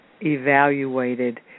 evaluated